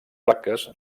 plaques